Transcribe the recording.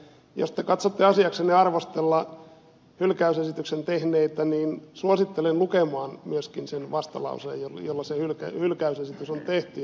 jos te katsotte asiaksenne arvostella hylkäysesityksen tehneitä niin suosittelen lukemaan myöskin sen vastalauseen jolla se hylkäysesitys on tehty ja ne perustelut